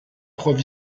preuve